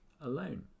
alone